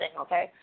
okay